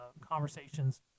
conversations